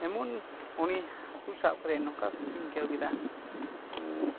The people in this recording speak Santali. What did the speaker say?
ᱮᱢᱚᱱ ᱩᱱᱤ ᱦᱟᱹᱠᱩ ᱥᱟᱵ ᱠᱟᱛᱮ ᱱᱚᱝᱠᱟ ᱠᱩᱥᱤᱧ ᱟᱹᱭᱠᱟᱹᱣ ᱠᱮᱫᱟ